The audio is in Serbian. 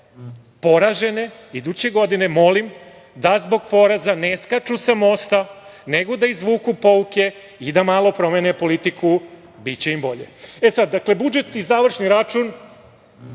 poražene iduće godine molim da zbog poreza ne skaču sa mosta, nego da izvuku pouke i da malo promene politiku, biće im bolje. Dakle, budžet i završni račun,